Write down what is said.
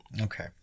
Okay